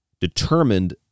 determined